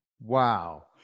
Wow